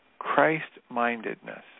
christ-mindedness